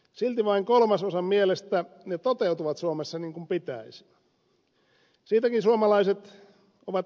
silti vain kolmasosan mielestä ne toteutuvat suomessa niin kuin pitäisi